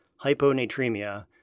hyponatremia